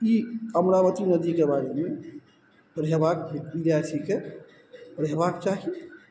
ई अमरावती नदीके बारेमे पढ़ेबाक विद्यार्थीके पढ़ेबाक चाही